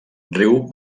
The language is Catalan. riu